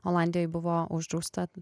olandijoj buvo uždrausta